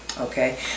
Okay